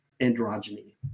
androgyny